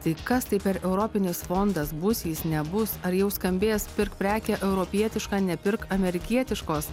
tai kas tai per europinis fondas bus jis nebus ar jau skambės pirk prekę europietišką nepirk amerikietiškos